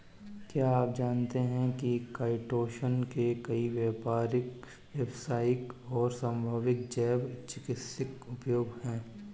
क्या आप जानते है काइटोसन के कई व्यावसायिक और संभावित जैव चिकित्सीय उपयोग हैं?